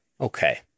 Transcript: Okay